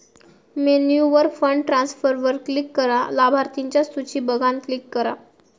मेन्यूवर फंड ट्रांसफरवर क्लिक करा, लाभार्थिंच्या सुची बघान क्लिक करा